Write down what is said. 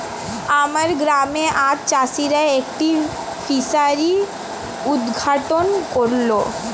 আমার গ্রামে আজ চাষিরা একটি ফিসারি উদ্ঘাটন করল